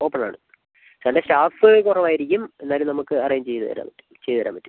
open ആണ് രണ്ട് staff കുറവായിരിക്കും എന്നാലും നമുക്ക് അറേഞ്ച് ചെയ്തുതരാൻ പറ്റും ചെയ്തുതരാൻ പറ്റും